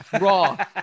Raw